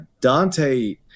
Dante